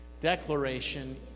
declaration